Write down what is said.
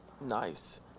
Nice